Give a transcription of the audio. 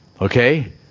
okay